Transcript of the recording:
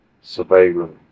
surveillance